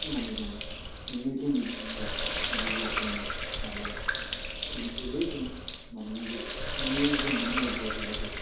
थांनानै दङ इनो जोंनि गुरु आफा गुरु आस'ननि माबाया इनिफ्रायनो जों माबानानै जाथे इ जोंनो मुलाम्फाया इनो दे